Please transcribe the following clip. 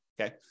okay